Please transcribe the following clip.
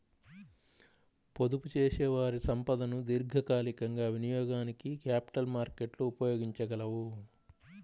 పొదుపుచేసేవారి సంపదను దీర్ఘకాలికంగా వినియోగానికి క్యాపిటల్ మార్కెట్లు ఉపయోగించగలవు